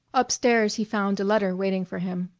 up-stairs he found a letter waiting for him.